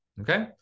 okay